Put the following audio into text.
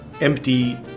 empty